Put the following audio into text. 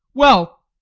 well,